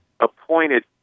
Appointed